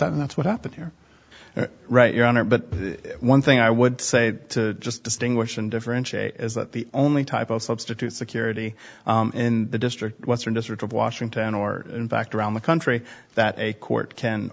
that's what happened here right your honor but one thing i would say to just distinguish and differentiate is that the only type of substitute security in the district western district of washington or in fact around the country that a court can